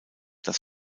das